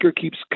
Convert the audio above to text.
keeps